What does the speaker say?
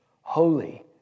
holy